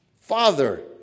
Father